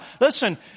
Listen